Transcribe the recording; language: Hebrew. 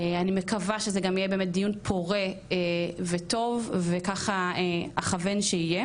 אני מקווה שזה גם יהיה באמת דיון פורה וטוב וככה אכוון שיהיה